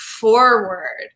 forward